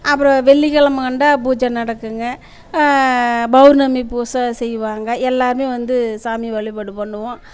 அப்புறம் வெள்ளிக்கெழமை கண்டால் பூஜை நடக்கும்ங்க பௌர்ணமி பூசை செய்வாங்க எல்லோருமே வந்து சாமியை வழிபாடு பண்ணுவோம்